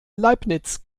leibniz